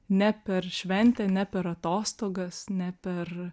ne per šventę ne per atostogas ne per